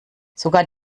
sogar